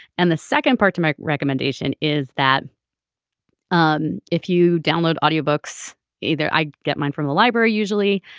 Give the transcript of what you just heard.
and the second part to my recommendation is that um if you download audiobooks either i get mine from the library usually.